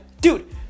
Dude